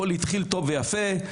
הכול התחיל טוב ויפה,